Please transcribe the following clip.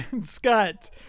scott